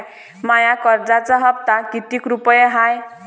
माया कर्जाचा हप्ता कितीक रुपये हाय?